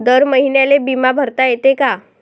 दर महिन्याले बिमा भरता येते का?